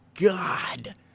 God